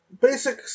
basic